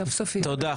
תודה.